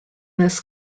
this